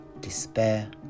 despair